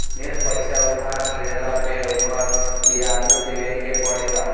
ढेर पईसा उधार लेहला पे ओकर बियाजो देवे के पड़ेला